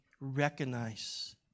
recognize